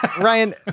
Ryan